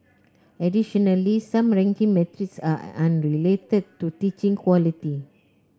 additionally some ranking metrics are unrelated to teaching quality